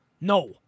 No